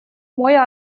мой